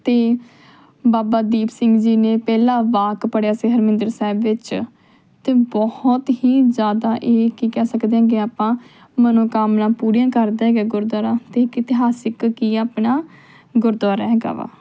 ਅਤੇ ਬਾਬਾ ਦੀਪ ਸਿੰਘ ਜੀ ਨੇ ਪਹਿਲਾ ਵਾਕ ਪੜ੍ਹਿਆ ਸੀ ਹਰਮਿੰਦਰ ਸਾਹਿਬ ਵਿੱਚ ਅਤੇ ਬਹੁਤ ਹੀ ਜ਼ਿਆਦਾ ਇਹ ਕੀ ਕਹਿ ਸਕਦੇ ਹਾਂ ਕਿ ਆਪਾਂ ਮਨੋਕਾਮਨਾ ਪੂਰੀਆਂ ਕਰਦਾ ਹੈਗਾ ਗੁਰਦੁਆਰਾ ਅਤੇ ਇੱਕ ਇਤਿਹਾਸਿਕ ਕੀ ਆ ਆਪਣਾ ਗੁਰਦੁਆਰਾ ਹੈਗਾ ਵਾ